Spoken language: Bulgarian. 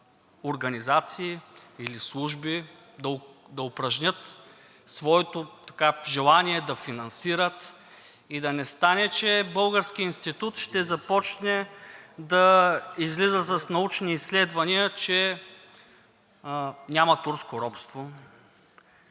организации или служби да упражнят своето желание да финансират и да не стане, че българският институт ще започне да излиза с научни изследвания, че няма турско робство,